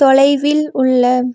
தொலைவில் உள்ள